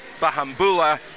Bahambula